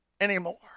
anymore